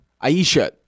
Ayesha